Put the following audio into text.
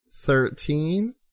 Thirteen